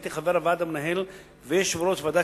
אני הייתי חבר הוועד המנהל ויושב-ראש ועדת